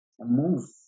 move